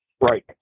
Right